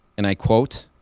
and i quote,